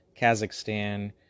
Kazakhstan